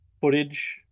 footage